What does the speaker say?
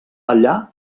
allà